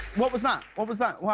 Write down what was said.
what was that? what was that?